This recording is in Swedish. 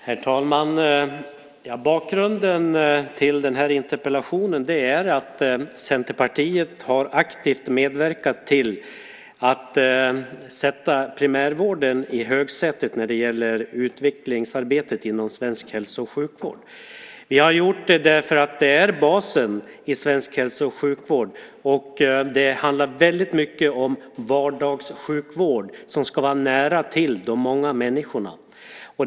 Herr talman! Bakgrunden till interpellationen är att Centerpartiet aktivt har medverkat till att sätta primärvården i högsätet när det gäller utvecklingsarbetet inom svensk hälso och sjukvård. Vi har gjort det därför att det är basen i svensk hälso och sjukvård. Det handlar väldigt mycket om en vardagssjukvård som ska finnas nära till för de många människorna.